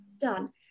done